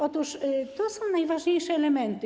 Otóż to są najważniejsze elementy.